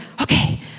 Okay